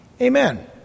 Amen